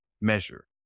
measure